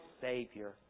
Savior